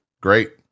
Great